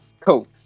Cool